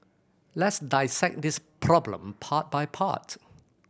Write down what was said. let's dissect this problem part by part